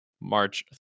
March